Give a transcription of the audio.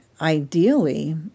ideally